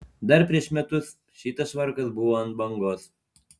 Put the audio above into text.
dar prieš metus šitas švarkas buvo ant bangos